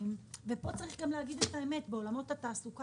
ופה צריך גם להגיד את האמת בעולמות התעסוקה